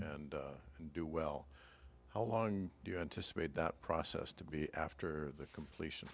and do well how long do you anticipate that process to be after the completion